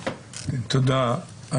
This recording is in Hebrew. תודה.